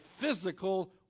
physical